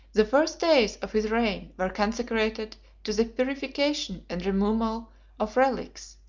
the first days of his reign were consecrated to the purification and removal of relics,